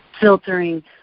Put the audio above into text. filtering